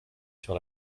sur